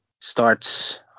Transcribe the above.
starts